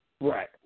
Right